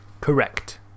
Correct